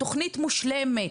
תוכנית מושלמת,